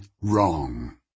wrong